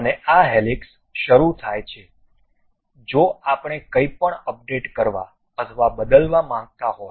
અને આ હેલિક્સ શરૂ થાય છે જો આપણે કંઈપણ અપડેટ કરવા અથવા બદલવા માંગતા હો